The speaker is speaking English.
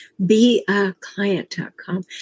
beaclient.com